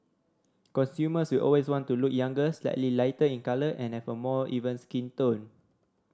consumers will always want to look younger slightly lighter in colour and have a more even skin tone